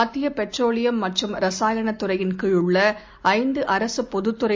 மத்திய பெட்ரோலியம் மற்றும் ரசாயணத் துறையின் கீழுள்ள ஐந்து அரசு பொதுத் துறை